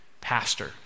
pastor